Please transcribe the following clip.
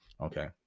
Okay